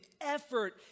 effort